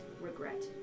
Regret